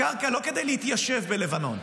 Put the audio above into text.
קרקע, לא כדי להתיישב בלבנון,